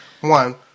one